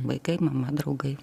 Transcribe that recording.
vaikai mama draugai